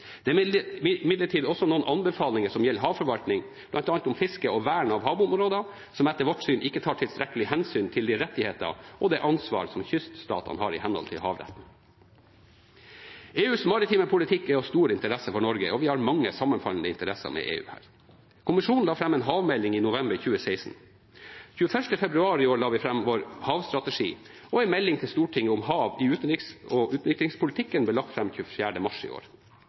Det er imidlertid også noen anbefalinger som gjelder havforvaltning, bl.a. om fiske og vern av havområder, som etter vårt syn ikke tar tilstrekkelig hensyn til de rettigheter og det ansvar som kyststatene har i henhold til havretten. EUs maritime politikk er av stor interesse for Norge, og vi har mange sammenfallende interesser med EU her. Kommisjonen la fram en havmelding i november 2016. 21. februar i år la vi fram vår havstrategi, og en melding til Stortinget om hav i utenriks- og utviklingspolitikken ble lagt fram 24. mars i år.